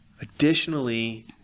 additionally